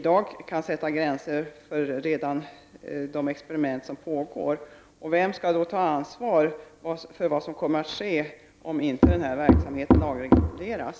Det kan inte bara bero på att man från regeringens sida känner en viss oro. Vem skall då ta ansvar för vad som kommer att ske om inte verksamheten regleras?